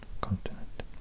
continent